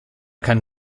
kann